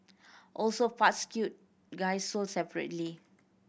also parts cute guy sold separately